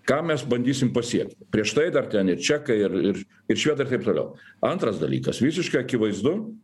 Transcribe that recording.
ką mes bandysim pasiekti prieš tai dar ten ir čekai ir ir švedai ir taip toliau antras dalykas visiškai akivaizdu